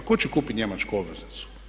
Tko će kupiti njemačku obveznicu?